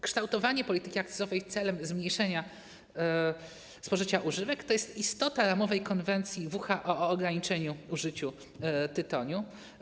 Kształtowanie polityki akcyzowej celem zmniejszenia spożycia używek to istota ramowej konwencji WHO o ograniczeniu użycia tytoniu.